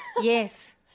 Yes